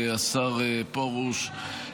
השר פרוש,